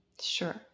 Sure